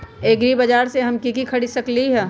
एग्रीबाजार से हम की की खरीद सकलियै ह?